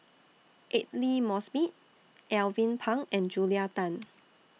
Aidli Mosbit Alvin Pang and Julia Tan